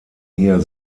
hier